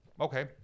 okay